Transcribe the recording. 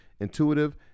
intuitive